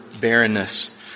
barrenness